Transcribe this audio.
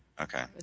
Okay